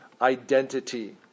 identity